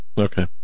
Okay